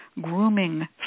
grooming